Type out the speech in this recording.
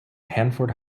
hanford